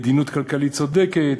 מדיניות כלכלית צודקת,